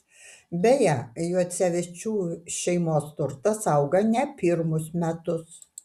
beje juocevičių šeimos turtas auga ne pirmus metus